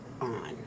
on